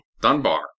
Dunbar